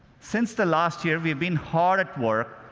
since the last year, we've been hard at work,